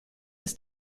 ist